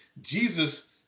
Jesus